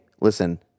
listen